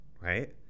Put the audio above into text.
right